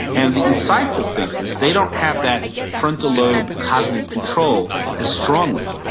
and the insightful thinkers, they don't have that frontal lobe cognitive control as strongly.